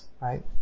right